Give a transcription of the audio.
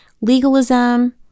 legalism